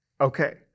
Okay